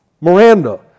Miranda